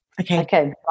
Okay